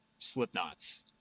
Slipknots